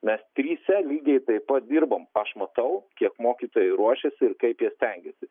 mes trise lygiai taip pat dirbam aš matau kiek mokytojai ruošiasi ir kaip jie stengiasi